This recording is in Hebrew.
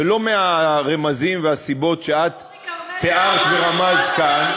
ולא מהרמזים והסיבות שאת תיארת ורמזת כאן,